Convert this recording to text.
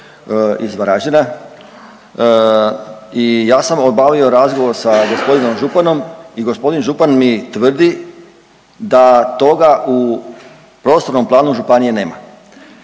iz Varaždina i ja sam obavio razgovor sa g. županom i g. župan mi tvrdi da toga u prostornom planu županije nema.